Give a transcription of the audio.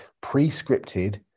pre-scripted